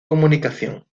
comunicación